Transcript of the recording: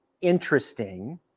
interesting